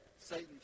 Satan